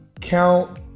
count